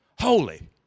holy